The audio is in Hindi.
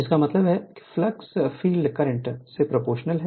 इसका मतलब है फ्लक्स फील्ड करंट से प्रोपोर्शनल है